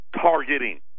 targeting